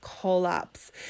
Collapse